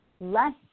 less